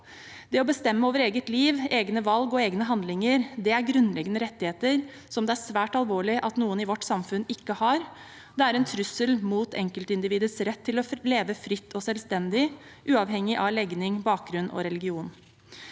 Det å bestemme over eget liv, egne valg og egne handlinger er grunnleggende rettigheter som det er svært alvorlig at noen i vårt samfunn ikke har. Det er en trussel mot enkeltindividets rett til å leve fritt og selvstendig, uavhengig av legning, bakgrunn og religion.